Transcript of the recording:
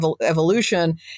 evolution